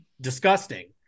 disgusting